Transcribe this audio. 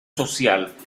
social